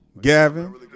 Gavin